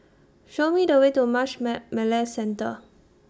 Show Me The Way to Marsh May McLennan Centre